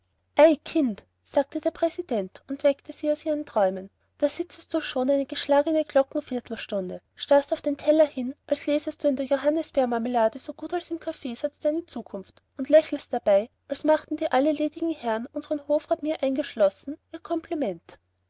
ei kind sagte der präsident und weckte sie aus ihren träumen da sitzest du schon eine geschlagene glockenviertelstunde starrst auf den teller hin als läsest du in der johannisbeermarmelade so gut als im kaffeesatz deine zukunft und lächelst dabei als machten dir alle ledigen herren unsern hofrat mir eingeschlossen ihr kompliment